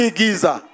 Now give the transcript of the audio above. giza